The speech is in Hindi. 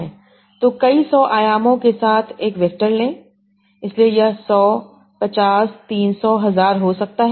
तो कई सौ आयामों के साथ एक वेक्टर लें इसलिए यह 100 50 300 1000 हो सकता है